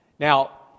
Now